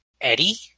Eddie